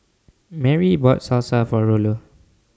Merri bought Salsa For Rollo